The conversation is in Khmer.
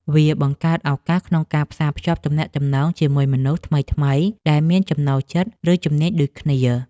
វាបង្កើតឱកាសក្នុងការផ្សារភ្ជាប់ទំនាក់ទំនងជាមួយមនុស្សថ្មីៗដែលមានចំណូលចិត្ត ឬជំនាញដូចគ្នា។